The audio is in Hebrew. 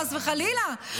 חס וחלילה,